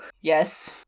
yes